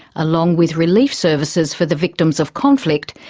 along with relief services for the victims of conflict,